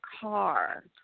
car